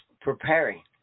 preparing